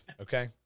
Okay